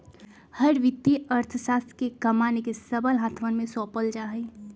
हर वित्तीय अर्थशास्त्र के कमान के सबल हाथवन में सौंपल जा हई